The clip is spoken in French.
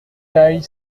taille